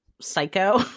psycho